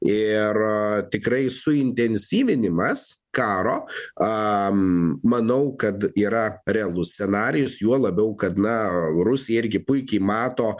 ir tikrai suintensyvinimas karo manau kad yra realus scenarijus juo labiau kad na rusija irgi puikiai mato